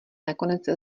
nakonec